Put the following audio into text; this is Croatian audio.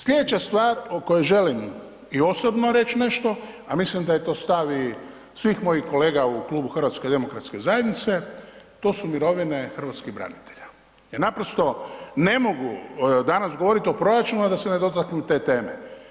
Sljedeća stvar o kojoj želim i osobno reći nešto a mislim da je to stav i svih mojih kolega u klubu HDZ-a, to su mirovine hrvatskih branitelja jer naprosto ne mogu danas govoriti o proračunu a da se ne dotaknem te teme.